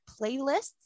Playlists